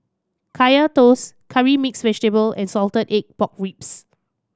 Kaya Toast Curry Mixed Vegetable and salted egg pork ribs